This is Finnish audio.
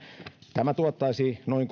tämä tuottaisi noin